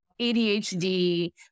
ADHD